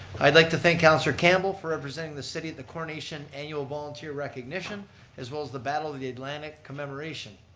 i'd like to thank councillor campbell for representing the city at the coronation annual volunteer recognition as well as the battle of the atlantic commemoration.